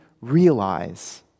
realize